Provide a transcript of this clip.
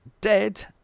dead